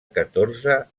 catorze